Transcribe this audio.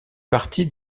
partie